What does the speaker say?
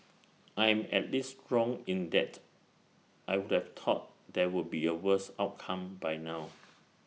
I am at least wrong in that I would have thought there would be A worse outcome by now